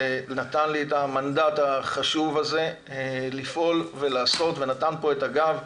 שנתן לי את המנדט החשוב לפעול ולעשות ונתן פה את הגב.